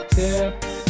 tips